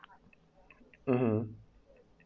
mmhmm